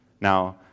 Now